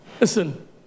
Listen